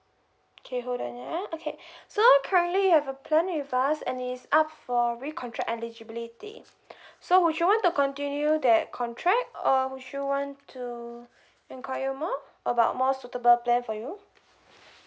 K hold on ya okay so currently you have a plan with us and it's up for recontract eligibility so would you want to continue that contract or would you want to enquire more about more suitable plan for you